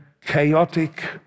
chaotic